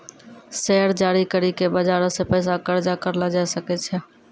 share जारी करि के बजारो से पैसा कर्जा करलो जाय सकै छै